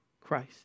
Christ